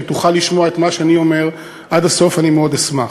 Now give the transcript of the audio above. אם תוכל לשמוע את מה שאני אומר עד הסוף אני מאוד אשמח.